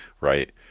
Right